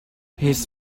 his